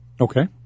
Okay